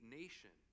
nation